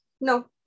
no